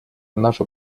наша